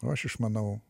o aš išmanau